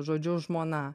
žodžiu žmona